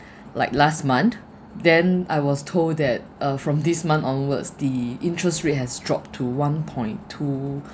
like last month then I was told that uh from this month onwards the interest rate has dropped to one point two